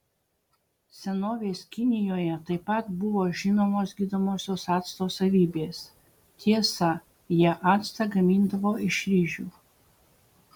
senovės kinijoje taip pat buvo žinomos gydomosios acto savybės tiesa jie actą gamindavo iš ryžių